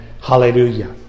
Hallelujah